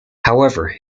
however